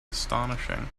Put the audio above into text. astonishing